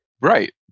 Right